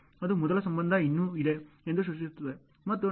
ಇದು ಮೊದಲ ಸಂಬಂಧ ಇನ್ನೂ ಇದೆ ಎಂದು ಸೂಚಿಸುತ್ತದೆ ಮತ್ತು ನಂತರ 0